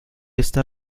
esta